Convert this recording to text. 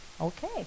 okay